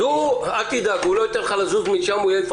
בעמדה לסיוע יינתן לנוסע סיוע במילוי